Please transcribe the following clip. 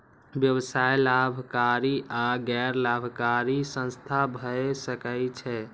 व्यवसाय लाभकारी आ गैर लाभकारी संस्था भए सकै छै